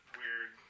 weird